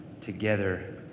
Together